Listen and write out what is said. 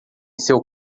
seu